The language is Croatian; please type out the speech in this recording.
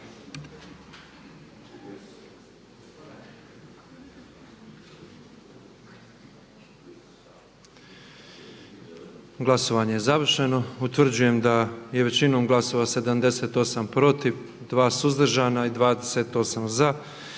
Glasovanje je završeno. Utvrđujem da je većinom glasova 117 za, 8 suzdržanih i